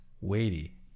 weighty